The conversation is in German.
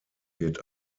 wird